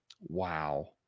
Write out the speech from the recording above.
Wow